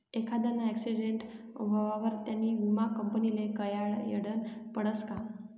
एखांदाना आक्सीटेंट व्हवावर त्यानी विमा कंपनीले कयायडनं पडसं का